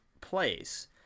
place